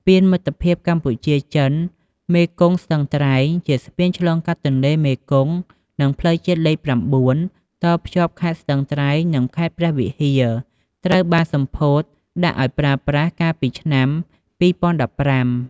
ស្ពានមិត្តភាពកម្ពុជា-ចិន មេគង្គស្ទឹងត្រែង ជាស្ពានឆ្លងកាត់ទន្លេមេគង្គ និងផ្លូវជាតិលេខ៩ តភ្ជាប់ខេត្តស្ទឹងត្រែង និងខេត្តព្រះវិហារ ត្រូវបានសម្ពោធដាក់ឲ្យប្រើប្រាស់ កាលពីឆ្នាំ២០១៥។